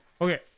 Okay